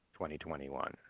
2021